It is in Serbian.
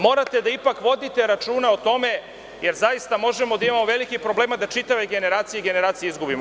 Morate da vodite ipak računa o tome, jer zaista možemo da imamo velikih problema, da čitave generacije i generacije izgubimo.